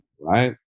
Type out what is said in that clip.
right